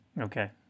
Okay